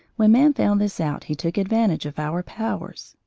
when man found this out he took advantage of our powers.